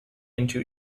into